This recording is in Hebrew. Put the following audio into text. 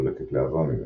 דולקת להבה ממנו.